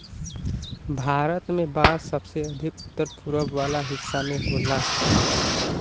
भारत में बांस सबसे अधिका उत्तर पूरब वाला हिस्सा में होला